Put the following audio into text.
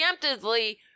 preemptively